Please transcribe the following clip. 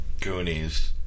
Goonies